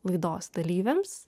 laidos dalyviams